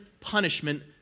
punishment